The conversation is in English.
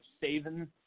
saving